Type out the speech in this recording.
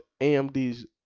AMD's